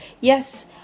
yes